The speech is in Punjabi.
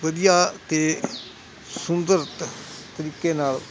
ਵਧੀਆ ਅਤੇ ਸੁੰਦਰ ਤ ਤਰੀਕੇ ਨਾਲ